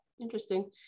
interesting